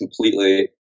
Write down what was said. completely